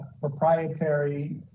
proprietary